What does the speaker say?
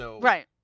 Right